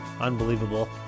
unbelievable